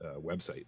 website